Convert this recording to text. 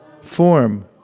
Form